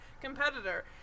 competitor